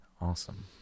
awesome